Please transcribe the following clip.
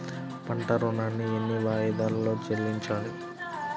పంట ఋణాన్ని ఎన్ని వాయిదాలలో చెల్లించాలి?